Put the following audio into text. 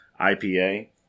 IPA